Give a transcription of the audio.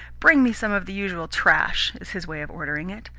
bring me some of the usual trash is his way of ordering it.